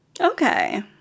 Okay